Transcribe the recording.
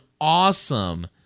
awesome